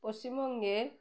পশ্চিমবঙ্গের